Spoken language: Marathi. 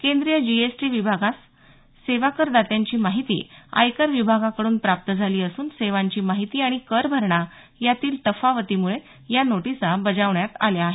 केंद्रीय जीएसटी विभागास सेवा करदात्यांची माहिती आयकर विभागाकडून प्राप्त झाली असून सेवांची माहिती आणि करभरणा यातील तफावतीमुळे या नोटिसा बजावण्यात आल्या आहेत